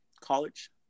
college